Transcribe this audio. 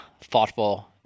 thoughtful